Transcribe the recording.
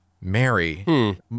Mary